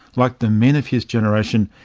like the men of his generation,